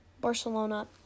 Barcelona